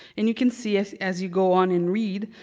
and you can see this, as you go on and read,